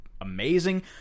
amazing